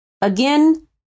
Again